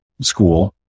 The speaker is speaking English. school